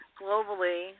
globally